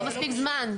זה לא מספיק זמן.